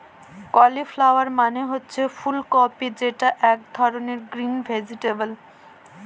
cauliflower মানে হচ্ছে ফুল কপি যেটা এক ধরনের গ্রিন ভেজিটেবল